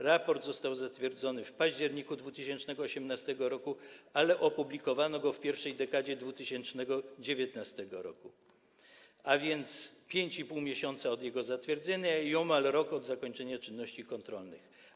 Raport został zatwierdzony w październiku 2018 r., ale opublikowano go w pierwszej dekadzie 2019 r., a więc 5,5 miesiąca od jego zatwierdzenia i omal rok od zakończenia czynności kontrolnych.